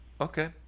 Okay